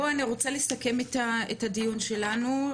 אני רוצה לסכם את הדיון שלנו.